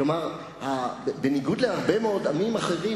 כלומר בניגוד להרבה מאוד עמים אחרים,